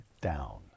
down